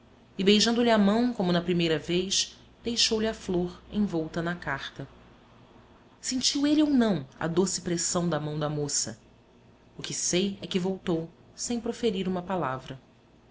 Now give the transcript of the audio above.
e beijando-lhe a mão como na primeira vez deixou-lhe a flor envolta na carta sentiu ele ou não a doce pressão da mão da moça o que sei é que voltou sem proferir uma palavra